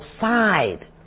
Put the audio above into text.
side